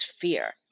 fear